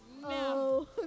No